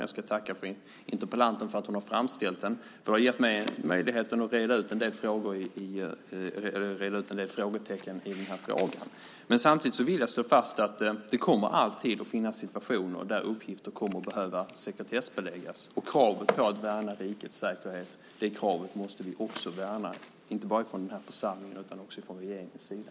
Jag vill tacka interpellanten för att hon har framställt den. Det har gett mig möjligheten att reda ut en del frågetecken i den här frågan. Samtidigt vill jag slå fast att det alltid kommer att finnas situationer där uppgifter kommer att behöva sekretessbeläggas. Och kravet på att värna rikets säkerhet måste vi också värna, inte bara i den här församlingen utan också från regeringens sida.